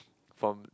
from